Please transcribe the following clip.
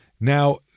Now